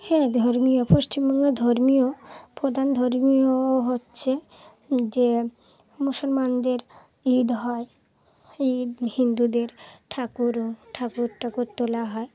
হ্যাঁ ধর্মীয় পশ্চিমবঙ্গের ধর্মীয় প্রধান ধর্মীয় হচ্ছে যে মুসলমানদের ঈদ হয় ঈদ হিন্দুদের ঠাকুরও ঠাকুর ঠাকুর তোলা হয়